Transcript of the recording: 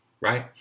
Right